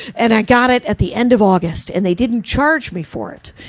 and i got it at the end of august and they didn't charge me for it.